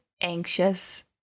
anxious